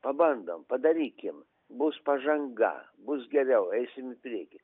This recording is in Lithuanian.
pabandom padarykim bus pažanga bus geriau eisim į priekį